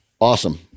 awesome